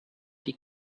die